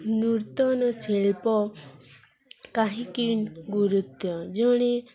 ନୂର୍ତନ ଶିଳ୍ପ କାହିଁକି ଗୁରୁତ୍ୱ ଜଣେ